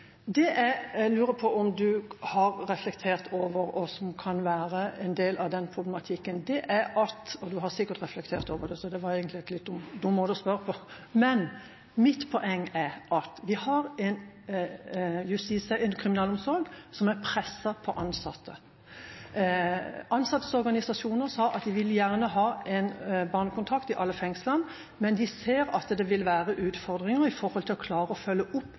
Det jeg lurer på om statsråden har reflektert over, og som kan være en del av den problematikken, er – og han har sikkert reflektert over det, så det var egentlig en litt dum måte å spørre på: Vi har en kriminalomsorg som er presset på ansatte. Ansattes organisasjoner sier at de vil gjerne ha en barnekontakt i alle fengsler, men de ser at det vil være utfordringer med å klare å følge opp